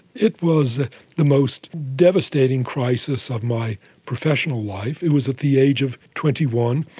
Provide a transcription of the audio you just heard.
it was ah the most devastating crisis of my professional life. it was at the age of twenty one.